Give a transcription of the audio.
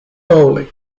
bowling